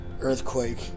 earthquake